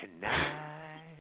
tonight